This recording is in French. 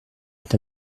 est